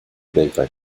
weltweit